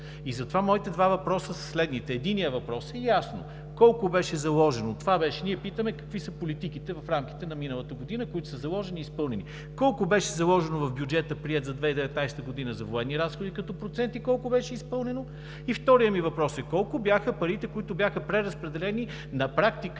Затова моите два въпроса са следните: Единият въпрос е ясен: колко беше заложено? Това беше. Ние питаме какви са политиките в рамките на миналата година, които са заложени и изпълнени. Колко беше заложено в бюджета, приет за 2019 г., за военни разходи като процент и колко беше изпълнено? И вторият ми въпрос е: колко бяха парите, които бяха преразпределени на практика